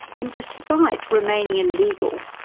and despite remaining illegal,